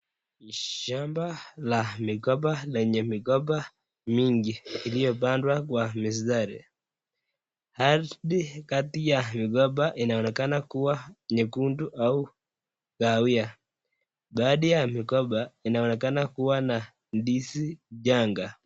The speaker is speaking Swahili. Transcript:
Shamba la migomba lenye migomba mingi iliyopandwa kwa mistari. Ardhi kati ya migomba inaonekana kuwa nyekundu au kahawia. Baadhi ya migomba inaonekana kuwa na ndizi changa.